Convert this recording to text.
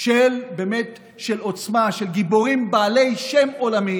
של עוצמה, של גיבורים בעלי שם עולמי.